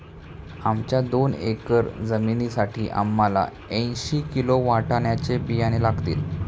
आमच्या दोन एकर जमिनीसाठी आम्हाला ऐंशी किलो वाटाण्याचे बियाणे लागतील